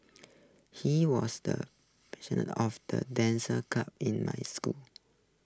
he was the of the dance club in my school